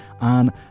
on